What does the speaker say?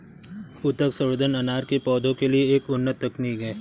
ऊतक संवर्धन अनार के पौधों के लिए एक उन्नत तकनीक है